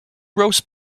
roast